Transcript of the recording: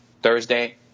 thursday